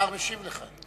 השר משיב לך.